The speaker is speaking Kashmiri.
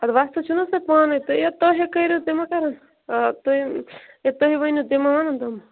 اَدٕ وَستہٕ چھُو نہ حظ تُہۍ پانٕے یہِ تُہۍ کٔریُو تہِ ما کَرَن آ تُہۍ ییٚلہِ تُہۍ ؤنیُو تیٚلہِ مانَن تِم